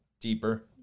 deeper